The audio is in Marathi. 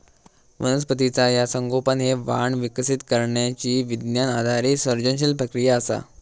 वनस्पतीचा संगोपन हे वाण विकसित करण्यची विज्ञान आधारित सर्जनशील प्रक्रिया असा